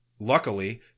luckily